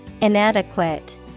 Inadequate